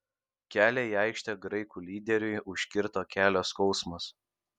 kelią į aikštę graikų lyderiui užkirto kelio skausmas